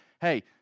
hey